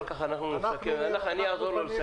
אני אעזור לו לסכם.